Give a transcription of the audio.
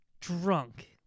drunk